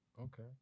Okay